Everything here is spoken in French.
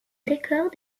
décor